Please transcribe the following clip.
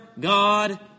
God